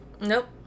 Nope